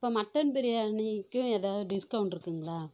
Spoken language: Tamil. இப்போ மட்டன் பிரியாணிக்கும் ஏதாவது டிஸ்கவுண்ட் இருக்குங்களா